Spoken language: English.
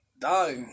Dog